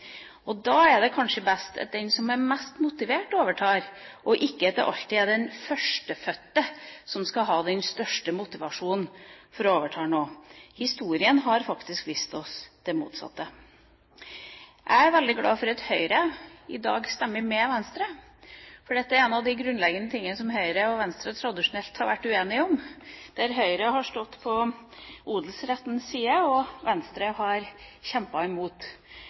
Da er det kanskje best at den som er mest motivert, overtar, og ikke at det alltid er den førstefødte som skal ha den største motivasjonen for å overta noe. Historien har vist oss det motsatte. Jeg er veldig glad for at Høyre i dag stemmer med Venstre, for dette er en av de grunnleggende tingene som Høyre og Venstre tradisjonelt har vært uenige om, der Høyre har stått på odelsrettens side, og Venstre har kjempet imot.